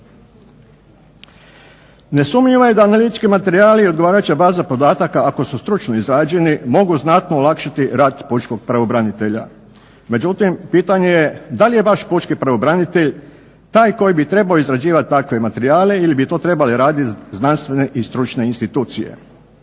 Nesumnjivo je da analitički materijali i odgovarajuća baza podataka, ako su stručno izrađeni mogu znatno olakšati rad pučkog pravobranitelja. Međutim, pitanje je da li je vaš pučki pravobranitelj taj koji bi trebao izrađivat takve materijale ili bi to trebale raditi znanstvene i stručne institucije.